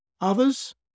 Others